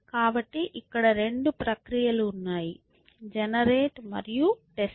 కాబట్టి ఇక్కడ రెండు ప్రక్రియలు ఉన్నాయి జెనెరేట్మరియు టెస్ట్